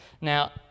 Now